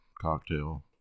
cocktail